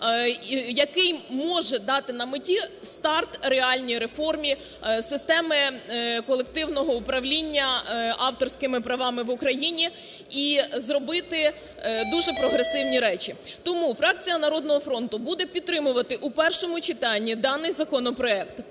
який може дати на меті старт реальній реформі, системи колективного управління авторськими правами в Україні і зробити дуже прогресивні речі. Тому фракція "Народного фронту" буде підтримувати у першому читанні даний законопроект.